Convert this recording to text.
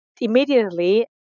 immediately